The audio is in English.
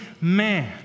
man